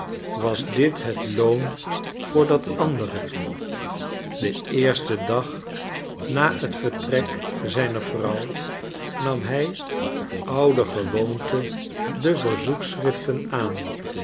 was dit het loon voor dat andere den eersten dag na het vertrek zijner vrouw nam hij ouder gewoonte de verzoekschriften aan